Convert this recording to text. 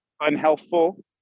unhealthful